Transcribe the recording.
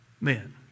men